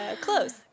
Close